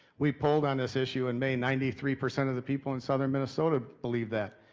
we polled on this issue in may ninety three percent of the people in southern minnesota believe that.